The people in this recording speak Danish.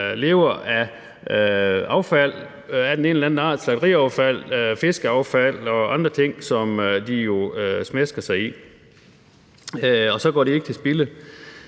den anden art – slagteriaffald, fiskeaffald og andre ting, som de smæsker sig i, og så går det ikke til spilde.